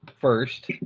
first